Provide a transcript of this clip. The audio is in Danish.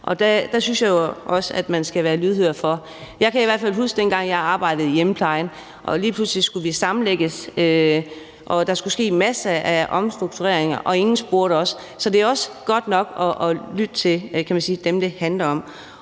og der synes jeg, man skal være lydhør over for dem. Jeg kan i hvert fald huske fra dengang, jeg arbejdede i hjemmeplejen, at lige pludselig skulle vi sammenlægges, og der skulle ske en masse omstruktureringer, og ingen spurgte os. Så det er også godt nok at lytte til dem, det handler om.